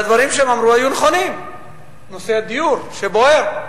הדברים שהם אמרו היו נכונים, נושא הדיור, שבוער.